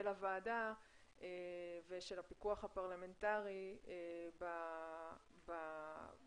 הוועדה ושל הפיקוח הפרלמנטרי בתוספות,